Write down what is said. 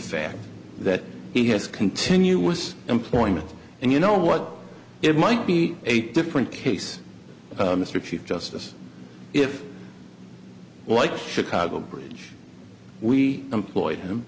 fact that he has continuous employment and you know what it might be a different case mr chief justice if like chicago bridge we employed him